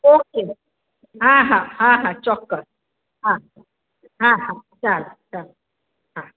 okay હા હા હા હા ચોક્કસ હા હા ચાલો ચાલો હા